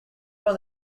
from